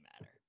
matter